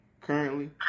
currently